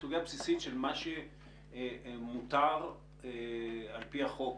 וסוגיה בסיסית של מה שמותר על-פי החוק